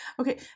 okay